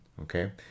Okay